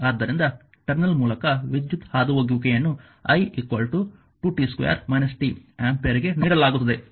ಆದ್ದರಿಂದ ಟರ್ಮಿನಲ್ ಮೂಲಕ ವಿದ್ಯುತ್ ಹಾದುಹೋಗುವಿಕೆಯನ್ನು i 2 t2 t ಆಂಪಿಯರ್ ಗೆ ನೀಡಲಾಗುತ್ತದೆ